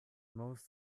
most